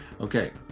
Okay